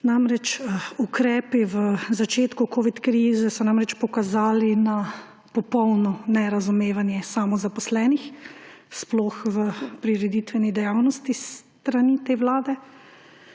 Namreč, ukrepi v začetku covidkrize so namreč pokazali na popolno nerazumevanje samozaposlenih, sploh v prireditvenih dejavnostih s strani te vlade.